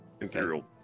imperial